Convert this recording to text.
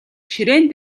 ширээн